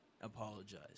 apologize